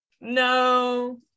No